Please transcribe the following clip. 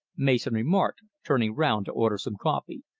mason remarked, turning round to order some coffee.